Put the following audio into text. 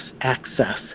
access